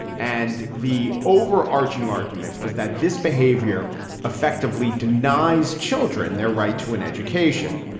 and the overarching argument was that this behavior effectively denies children their right to an education.